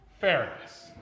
fairness